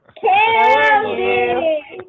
Candy